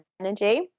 energy